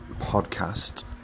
podcast